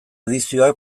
edizioak